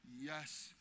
yes